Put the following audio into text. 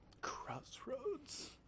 Crossroads